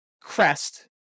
crest